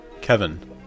Kevin